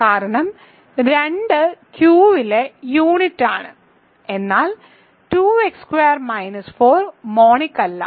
കാരണം രണ്ട് Q ലെ യൂണിറ്റാണ് എന്നാൽ 2x2 - 4 മോണിക് അല്ല